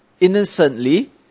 innocently